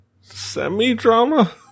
semi-drama